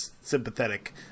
sympathetic